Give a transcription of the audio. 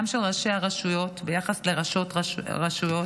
ראשי הרשויות ביחס לראשות רשויות,